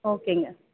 ஓகேங்க